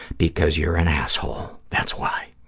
because you're an asshole, that's why,